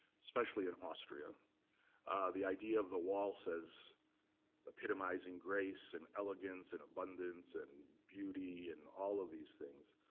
especially in austria the idea of the waltz as epitomizing grace, and elegance, and abundance, and beauty, and all of these things.